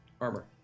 Armor